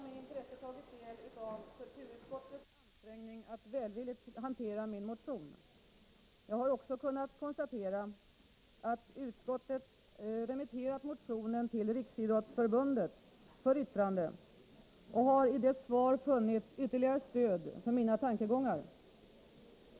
Fru talman! Jag har med intresse tagit del av kulturutskottets ansträngning att välvilligt hantera min motion. Jag har också kunnat konstatera att utskottet remitterat motionen till Riksidrottsförbundet för yttrande och har i dess svar funnit ytterligare stöd för mina tankegångar.